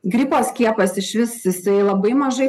gripo skiepas išvis jisai labai mažai